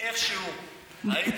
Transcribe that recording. החוק הזה, איך שהוא, היית מבטלת?